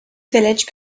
village